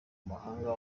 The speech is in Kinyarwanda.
mahanga